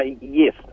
Yes